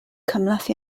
cymhleth